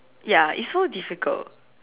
ya it's so difficult